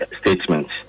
statements